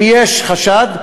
אם יש חשד,